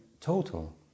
total